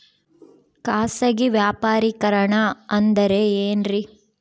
ಖಾಸಗಿ ವ್ಯಾಪಾರಿಕರಣ ಅಂದರೆ ಏನ್ರಿ?